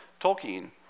Tolkien